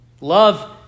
Love